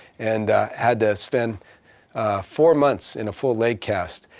and had to spend four months in a full leg cast.